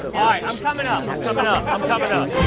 ah i'm coming up. i'm coming up. i'm coming up.